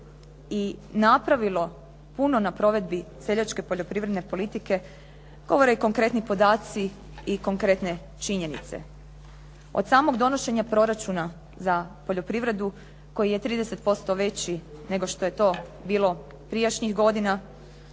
i napravilo puno na provedbi seljačke poljoprivredne politike govore i konkretni podaci i konkretne činjenice. Od samog donošenja proračuna za poljoprivredu koji je 30% veći nego što je to bilo prijašnjih godina,